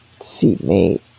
seatmate